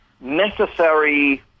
Necessary